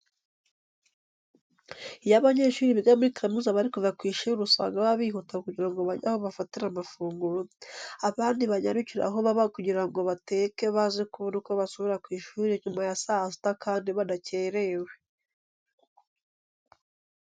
Iyo abanyeshuri biga muri kaminuza bari kuva ku ishuri usanga baba bihuta kugira ngo bajye aho bafatira amafunguro, abandi banyarukire aho baba kugira ngo bateke baze kubona uko basubira ku ishuri nyuma ya saa sita kandi badakererewe.